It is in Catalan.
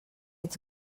ets